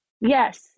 Yes